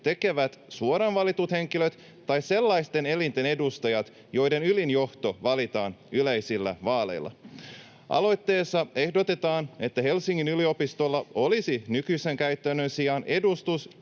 tekevät suoraan valitut henkilöt tai sellaisten elinten edustajat, joiden ylin johto valitaan yleisillä vaaleilla. Aloitteessa ehdotetaan, että Helsingin yliopistolla olisi nykyisen käytännön sijaan edustus,